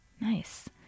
Nice